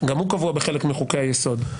גם הוא קבוע בחלק מחוקי היסוד,